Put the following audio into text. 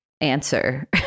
answer